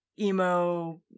emo